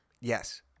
Yes